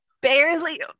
barely